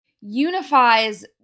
unifies